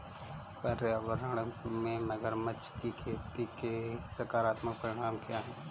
पर्यावरण में मगरमच्छ की खेती के सकारात्मक परिणाम क्या हैं?